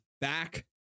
back